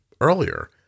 earlier